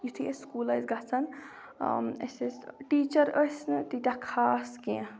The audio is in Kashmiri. یُتھُے أسۍ سکوٗل ٲسۍ گژھان أسۍ ٲسۍ ٹیٖچَر ٲسۍ نہٕ تیٖتیٛاہ خاص کینٛہہ